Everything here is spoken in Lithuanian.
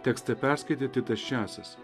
tekstą perskaitė titas česas